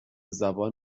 زبان